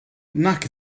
nac